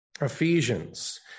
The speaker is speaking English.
Ephesians